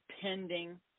pending